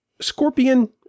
Scorpion